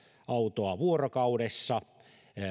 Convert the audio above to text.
autoa vuorokaudessa